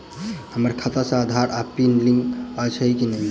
हम्मर खाता सऽ आधार आ पानि लिंक अछि की नहि?